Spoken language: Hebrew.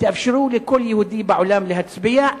תאפשרו לכל יהודי בעולם להצביע,